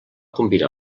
combinar